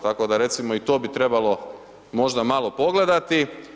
Tako da recimo i to bi trebalo možda malo pogledati.